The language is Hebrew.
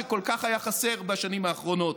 שכל כך היה חסר בשנים האחרונות